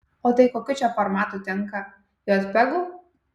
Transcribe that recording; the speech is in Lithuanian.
o tai kokiu čia formatu tinka jotpegu